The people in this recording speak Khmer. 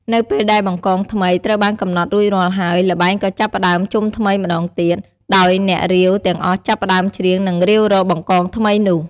នៅពេលដែល បង្កង ថ្មីត្រូវបានកំណត់រួចរាល់ហើយ ល្បែងក៏ចាប់ផ្តើមជុំថ្មីម្ដងទៀត ដោយ អ្នករាវ ទាំងអស់ចាប់ផ្តើមច្រៀង និងរាវរក បង្កង ថ្មីនោះ។